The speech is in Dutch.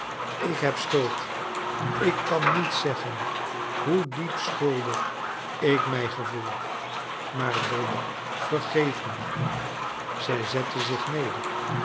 ik heb schuld ik kan niet zeggen hoe diep schuldig ik mij gevoel maar dolly vergeef mij zij zette zich neder